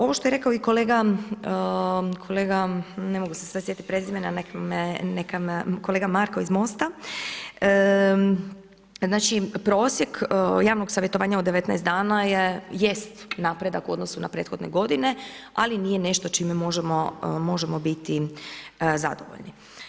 Ovo što je rekao i kolega, ne mogu se sad sjetiti prezimena, kolega Marko iz MOST-a, znači prosjek javnog savjetovanja od 19 dana jest napredak u odnosu na prethodne godine ali nije nešto čime možemo biti zadovoljni.